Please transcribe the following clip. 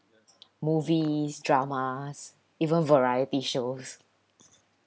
movies dramas even variety shows